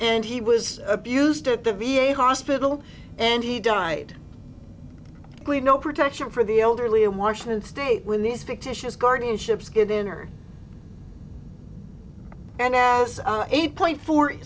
and he was abused at the v a hospital and he died we no protection for the elderly in washington state when these fictitious guardianship skinner and eight point four